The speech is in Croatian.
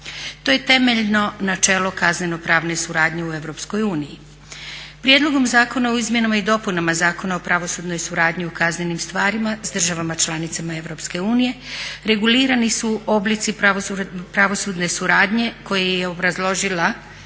To je temeljno načelo kazneno pravne suradnje u EU. Prijedlogom Zakona o izmjenama i dopunama Zakona o pravosudnoj suradnji u kaznenim stvarima s državama članicama EU regulirani su oblici pravosudne suradnje koje je obrazložila